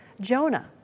Jonah